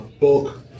bulk